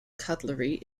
cutlery